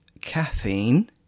caffeine